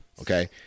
okay